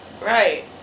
Right